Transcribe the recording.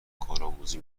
کارآموزی